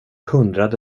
hundrade